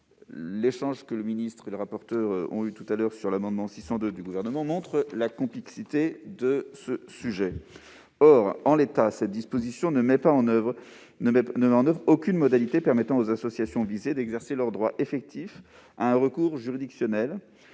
L'échange que le ministre et la rapporteure ont eu sur l'amendement n° 652 du Gouvernement montre la complexité du sujet. Or, en l'état, cette disposition ne met en oeuvre aucune modalité permettant aux associations visées d'exercer leur droit à un recours juridictionnel.